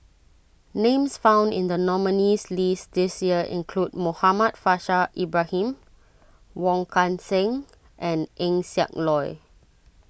names found in the nominees' list this year include Muhammad Faishal Ibrahim Wong Kan Seng and Eng Siak Loy